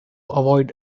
avoid